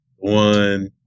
One